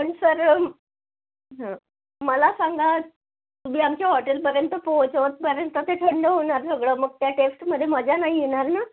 पण सर हां मला सांगा तुम्ही आमच्या हॉटेलपर्यंत पोहचवसपर्यंत ते थंड होणार सगळं मग त्या टेस्टमध्ये मजा नाही येणार ना